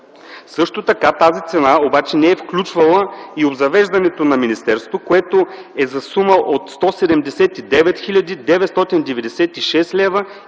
момента. Тази цена обаче не е включвала обзавеждането на министерството, което е за сума от 179 хил.